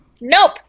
Nope